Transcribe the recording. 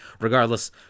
Regardless